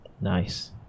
Nice